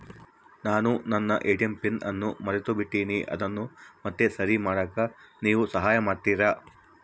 ನಾನು ನನ್ನ ATM PIN ಅನ್ನು ಮರೆತುಬಿಟ್ಟೇನಿ ಅದನ್ನು ಮತ್ತೆ ಸರಿ ಮಾಡಾಕ ನೇವು ಸಹಾಯ ಮಾಡ್ತಿರಾ?